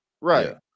right